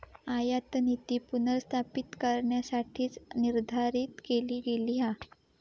आयातनीती पुनर्स्थापित करण्यासाठीच निर्धारित केली गेली हा